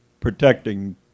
protecting